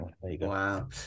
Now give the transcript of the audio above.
Wow